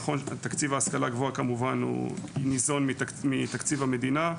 תקציב ההשכלה הגבוהה ניזון כמובן מתקציב המדינה.